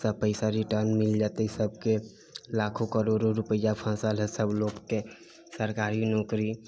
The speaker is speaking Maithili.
सभ पैसा रिटर्न मिल जेतै सभके लाखों करोड़ो रुपैआ फँसल है सभ लोकके सरकारी नौकरी